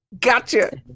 gotcha